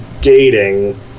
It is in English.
dating